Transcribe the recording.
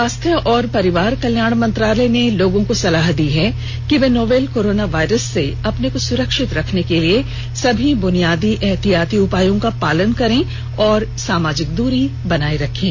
स्वास्थ्य और परिवार कल्याण मंत्रालय ने लोगों को सलाह दी है कि वे नोवल कोरोना वायरस से अपने को सुरक्षित रखने के लिए सभी बुनियादी एहतियाती उपायों का पालन करें और सामाजिक दुरी बनाए रखें